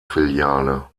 filiale